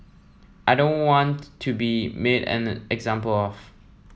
I don't want to be made an example of